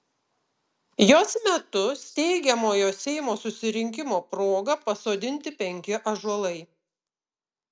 jos metu steigiamojo seimo susirinkimo proga pasodinti penki ąžuolai